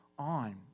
On